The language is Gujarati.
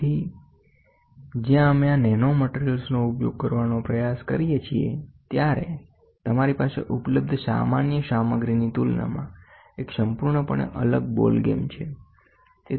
તેથીજ્યારે અમે આ નેનોમેટ્રીયલ્સનો ઉપયોગ કરવાનો પ્રયાસ કરીએ છીએ ત્યારે તમારી પાસે ઉપલબ્ધ સામાન્ય સામગ્રીની તુલનામાં એક સંપૂર્ણપણે અલગ બોલ ગેમ છે